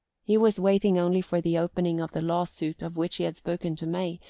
he was waiting only for the opening of the law-suit of which he had spoken to may,